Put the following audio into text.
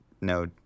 no